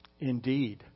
Indeed